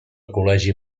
col·legi